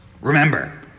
Remember